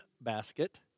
Basket